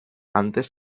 antes